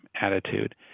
attitude